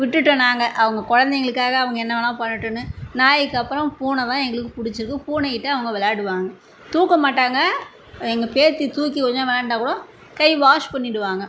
விட்டுட்டோம் நாங்கள் அவங்க குழந்தைங்களுக்காக அவங்க என்ன வேணுணா பண்ணட்டுன்னு நாய்க்கப்புறம் பூனைதான் எங்களுக்கு பிடிச்சிருக்கு பூனைக்கிட்ட அவங்க விளையாடுவாங்க தூக்க மாட்டாங்க எங்கள் பேத்தி தூக்கி கொஞ்சம் நேரம் விளையாண்டா கூட கை வாஷ் பண்ணிடுவாங்க